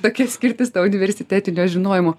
tokia skirtis nuo universitetinio žinojimo